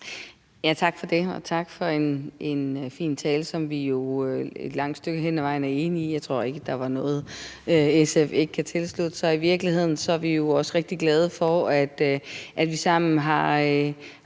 Tak for det. Og tak for en fin tale, som vi jo et langt stykke hen ad vejen er enige i. Jeg tror ikke, der var noget, SF ikke kan tilslutte sig. I virkeligheden er vi jo også rigtig glade for, at vi sammen har